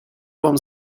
вам